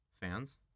Fans